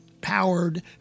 powered